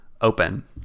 open